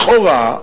לכאורה,